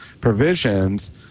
provisions